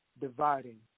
dividing